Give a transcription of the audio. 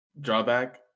drawback